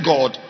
God